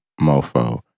mofo